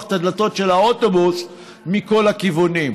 את הדלתות של האוטובוס מכל הכיוונים.